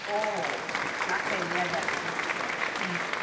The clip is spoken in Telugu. ఓహ్ నాకు తెలియదండీ